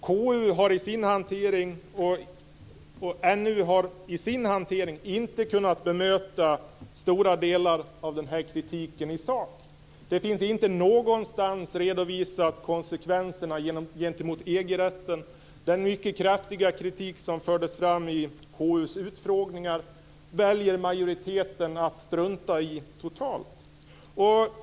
Varken KU eller NU har i sin hantering kunnat bemöta stora delar av denna kritik i sak. Inte någonstans finns det redovisat konsekvenserna gentemot EG-rätt. Den mycket kraftiga kritik som fördes fram i KU:s utfrågning väljer majoriteten att strunta i totalt.